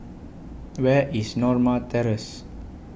Where IS Norma Terrace